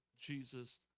Jesus